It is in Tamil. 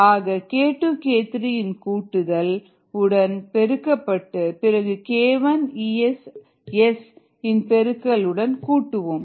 ஆக k2k3 இன் கூட்டுதல் ES உடன் பெருக்கப்பட்டு பிறகு k1 ES S இன் பெருக்கல் உடன் கூட்டுவோம்